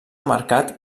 marcat